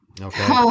okay